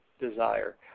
desire